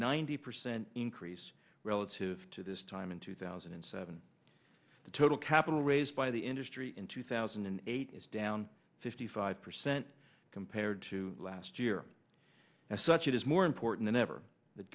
ninety percent increase relative to this time in two thousand and seven the total capital raised by the industry in two thousand and eight is down fifty five percent compared to last year as such it is more important than ever th